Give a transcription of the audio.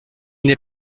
n’est